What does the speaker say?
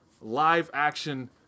live-action